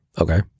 okay